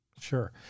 Sure